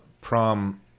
prom